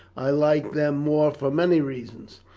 i like them more for many reasons.